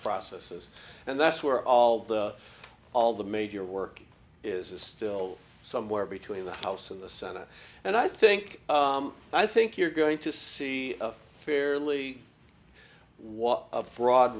processes and that's where all the all the major work is is still somewhere between the house and the senate and i think i think you're going to see fairly what a broad